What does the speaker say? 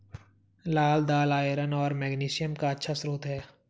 लाल दालआयरन और मैग्नीशियम का अच्छा स्रोत है